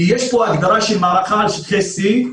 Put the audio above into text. כי יש פה הגדרה של מערכה על שטחי C,